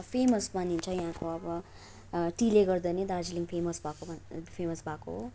famous मानिन्छ यहाँको अब टीले गर्दा नै दार्जिलिङ फेमस भएकोमा फेमस भएको हो